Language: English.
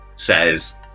says